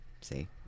see